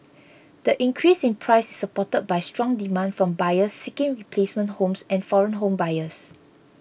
the increase in price is supported by strong demand from buyers seeking replacement homes and foreign home buyers